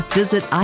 visit